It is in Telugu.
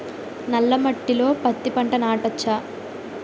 నల్ల మట్టిలో పత్తి పంట నాటచ్చా?